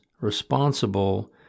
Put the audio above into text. responsible